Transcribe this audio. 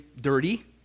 dirty